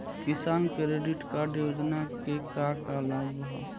किसान credit card योजना के का का लाभ ह?